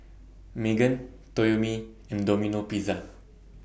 Megan Toyomi and Domino Pizza